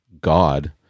God